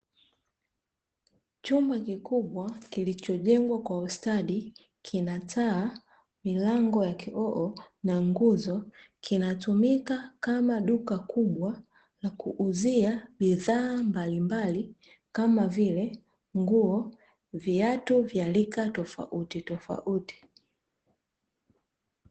Chumba kikubwa kilichojengwa kwa ustadi kina taa, milango ya kioo na nguzo; kinatumika kama duka kubwa la kuuzia bidhaa mbalimbali kama vile nguo, viatu vya rika tofautitofauti .